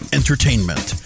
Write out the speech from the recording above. entertainment